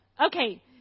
Okay